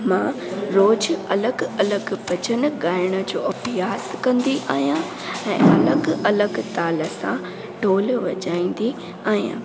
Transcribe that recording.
मां रोज़ु अलॻि अलॻि भॼन ॻाइण जो अभियासु कंदी आहियां ऐं अलॻि अलॻि ताल सां ढोल वॼाईंदी आहियां